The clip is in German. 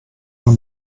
nur